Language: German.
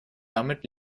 damit